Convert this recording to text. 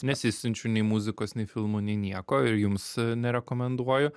nesisiunčiu nei muzikos nei filmų nei nieko ir jums nerekomenduoju